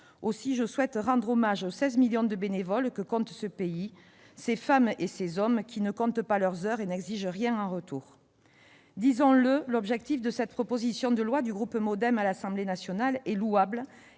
aussi, je souhaite rendre hommage aux 16 millions de bénévoles que compte ce pays, ces femmes et hommes qui ne comptent pas leurs heures et n'exigent rien en retour. Disons-le : l'objectif de cette proposition de loi déposée par le groupe MoDem à l'Assemblée nationale est louable,